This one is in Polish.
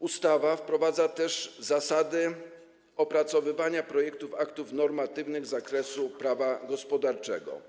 Ustawa wprowadza też zasady opracowywania projektów aktów normatywnych z zakresu prawa gospodarczego.